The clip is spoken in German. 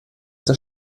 der